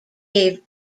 gave